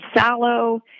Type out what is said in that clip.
sallow